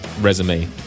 resume